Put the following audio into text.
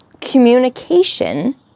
communication